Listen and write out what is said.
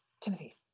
Timothy